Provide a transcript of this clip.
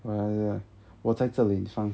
我在这里你放